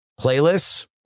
playlists